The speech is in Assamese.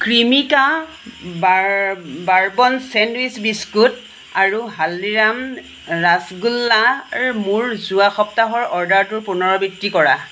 ক্ৰিমিকা বাৰ্বন চেণ্ডউইচ বিস্কুট আৰু হালদিৰাম ৰাসগোল্লাৰ মোৰ যোৱা সপ্তাহৰ অৰ্ডাৰটোৰ পুনৰাবৃত্তি কৰা